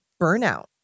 burnout